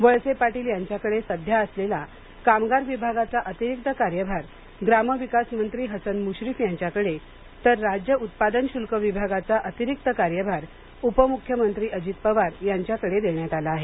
वळसे पाटील यांच्याकडे सध्या असलेला कामगार विभागाचा अतिरिक्त कार्यभार ग्रामविकास मंत्री हसन मुश्रीफ यांच्याकडे तर राज्य उत्पादन शुल्क विभागाचा अतिरिक्त कार्यभार उपमुख्यमंत्री अजित पवार यांच्याकडे देण्यात आला आहे